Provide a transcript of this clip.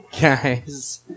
Guys